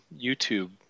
YouTube